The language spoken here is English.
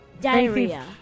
Diarrhea